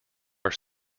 are